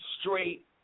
straight